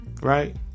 right